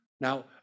Now